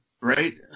Right